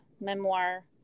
memoir